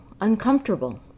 uncomfortable